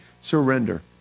surrender